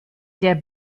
der